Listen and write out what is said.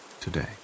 today